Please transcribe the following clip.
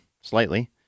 slightly